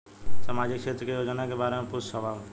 सामाजिक क्षेत्र की योजनाए के बारे में पूछ सवाल?